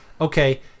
okay